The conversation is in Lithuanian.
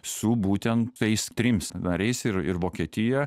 su būtent tais tims nariais ir ir vokietija